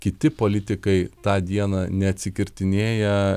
kiti politikai tą dieną neatsikirtinėja